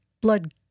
blood